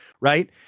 right